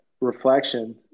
reflection